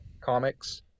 comics